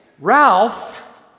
Ralph